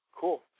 Cool